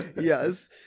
yes